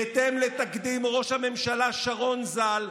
בהתאם לתקדים של ראש הממשלה שרון ז"ל,